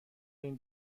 این